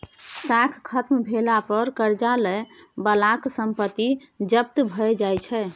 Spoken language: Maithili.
साख खत्म भेला पर करजा लए बलाक संपत्ति जब्त भए जाइ छै